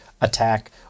attack